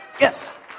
Yes